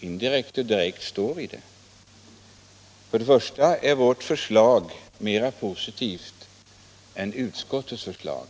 indirekt eller direkt står i den. För det första är vårt förslag mer positivt än utskottets förslag.